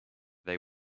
they